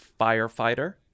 firefighter